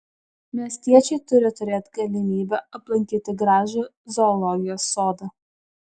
miestiečiai turi turėti galimybę aplankyti gražų zoologijos sodą